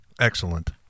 Excellent